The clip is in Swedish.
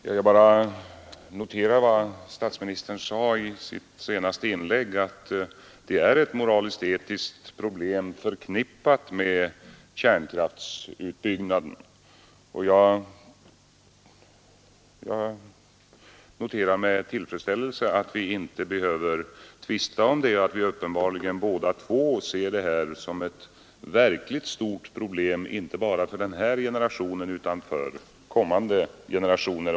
Herr talman! Jag vill bara notera vad statsministern sade i sitt senaste inlägg, att det är ett moraliskt-etiskt problem förknippat med kärnkraftutbyggnaden. Jag noterar med tillfredsställelse att vi inte behöver tvista om det, att vi uppenbarligen båda två ser detta som ett verkligt stort problem inte för bara denna generation, utan även för kommande generationer.